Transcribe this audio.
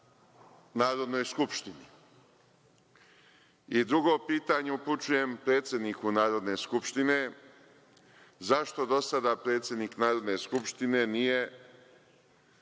Narodnoj skupštini.I drugo pitanje upućujem predsedniku Narodne skupštine, zašto do sada predsednik Narodne skupštine nije